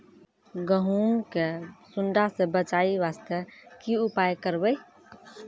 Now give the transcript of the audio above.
गहूम के सुंडा से बचाई वास्ते की उपाय करबै?